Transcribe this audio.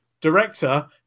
director